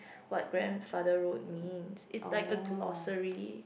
what grandfather road means it's like a glossary